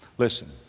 listen,